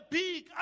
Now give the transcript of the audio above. big